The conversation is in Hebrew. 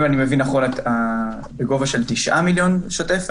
אם אני מבין נכון בגובה של 9 מיליון שוטף.